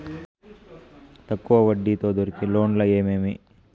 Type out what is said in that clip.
తక్కువ వడ్డీ తో దొరికే లోన్లు ఏమేమి